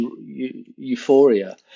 euphoria